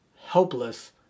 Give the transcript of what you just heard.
helpless